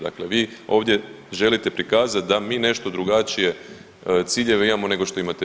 Dakle, vi ovdje želite prikazati da mi nešto drugačije ciljeve imamo nego što imate vi.